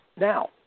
Now